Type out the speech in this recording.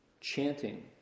chanting